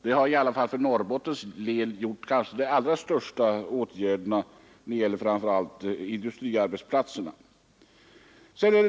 Det har i alla fall för Norrbottens län inneburit kanske de allra största åtgärderna när det gällt framför allt industriarbetsplatserna.